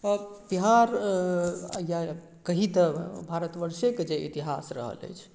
बिहार या कही तऽ भारतवर्षेके जे इतिहास रहल अछि